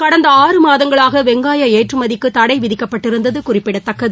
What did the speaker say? கடந்த ஆறு மாதங்களாக வெங்காய ஏற்றுமதிக்கு தடை விதிக்கப்பட்டிருந்தது குறிப்பிடத்தக்கது